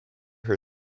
her